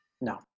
No